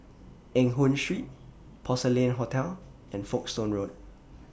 Eng Hoon Street Porcelain Hotel and Folkestone Road